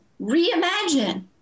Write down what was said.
reimagine